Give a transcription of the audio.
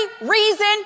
reason